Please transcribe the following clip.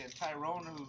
Tyrone